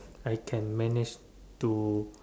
I can manage to